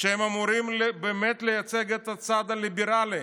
שהם אמורים באמת לייצג את הצד הליברלי: